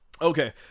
Okay